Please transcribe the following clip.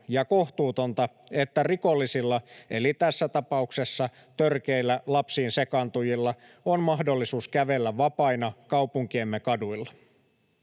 ja kohtuutonta, että rikollisilla, eli tässä tapauksessa törkeillä lapsiinsekaantujilla, on mahdollisuus kävellä vapaina kaupunkiemme kaduilla.